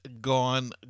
gone